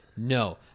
No